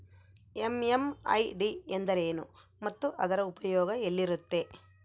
MMID ಎಂದರೇನು ಮತ್ತು ಅದರ ಉಪಯೋಗ ಎಲ್ಲಿರುತ್ತೆ?